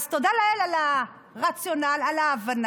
אז תודה לאל על הרציונל, על ההבנה,